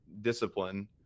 discipline